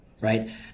right